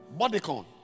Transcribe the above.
bodycon